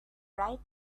bright